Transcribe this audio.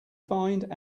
find